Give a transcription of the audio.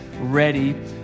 ready